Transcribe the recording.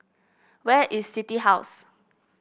where is City House